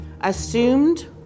assumed